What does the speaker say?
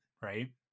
Right